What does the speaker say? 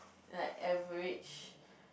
like average